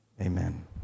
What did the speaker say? Amen